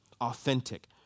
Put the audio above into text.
authentic